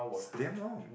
is damn long